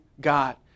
God